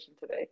today